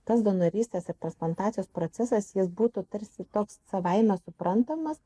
tas donorystės ir transplantacijos procesas jis būtų tarsi toks savaime suprantamas